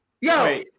yo